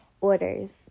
Orders